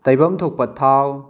ꯇꯩꯐꯝ ꯊꯣꯛꯄ ꯊꯥꯎ